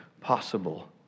possible